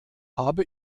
habe